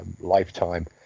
lifetime